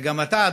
וגם אתה,